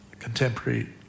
Contemporary